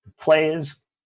players